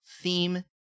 theme